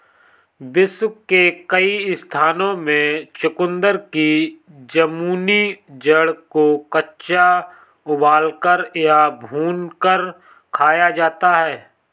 विश्व के कई स्थानों में चुकंदर की जामुनी जड़ को कच्चा उबालकर या भूनकर खाया जाता है